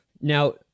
Now